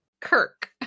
Kirk